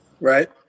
Right